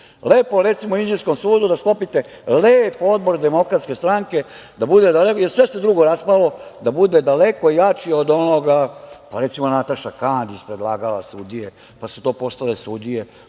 recimo, u inđijskom sudu da sklopite lep odbor Demokratske stranke, jer sve se drugo raspalo, da bude daleko jači od onoga. Recimo, Nataša Kandić je predlagala sudije, pa su to postale sudije.